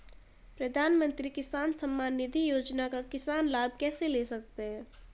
प्रधानमंत्री किसान सम्मान निधि योजना का किसान लाभ कैसे ले सकते हैं?